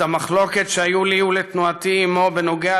את המחלוקות שהיו לי ולתנועתי עימו בנוגע